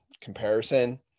comparison